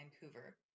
Vancouver